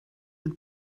und